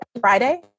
Friday